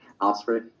Osprey